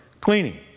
Cleaning